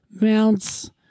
mounts